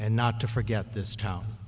and not to forget this